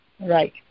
Right